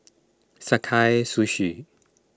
Sakae Sushi